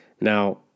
Now